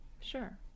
Sure